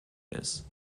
ist